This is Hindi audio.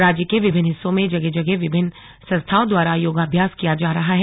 राज्य के विभिन्न हिस्सों में जगह जगह विभिन्न संस्थाओं द्वारा योगाभ्यास किया जा रहा है